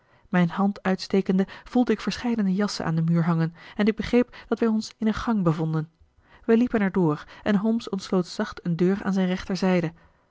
mijn hand uitstekende voelde ik verscheidene jassen aan den muur hangen en ik begreep dat wij ons in een gang bevonden wij liepen er door en holmes ontsloot zacht een deur aan zijn rechterzijde